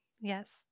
Yes